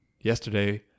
yesterday